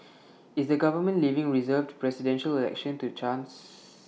is the government leaving reserved Presidential Election to chance